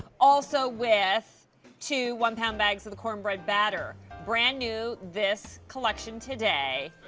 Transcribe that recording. also with two one pound bags of corn bread batter. brand new, this collection today.